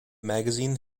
magazine